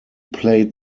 played